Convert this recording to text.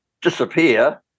disappear